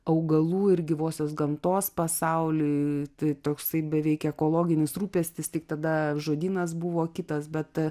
augalų ir gyvosios gamtos pasauliui tai toksai beveik ekologinis rūpestis tik tada žodynas buvo kitas bet